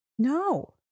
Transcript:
No